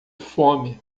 fome